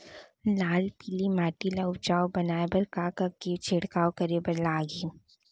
लाल पीली माटी ला उपजाऊ बनाए बर का का के छिड़काव करे बर लागही?